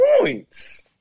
points